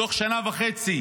תוך שנה וחצי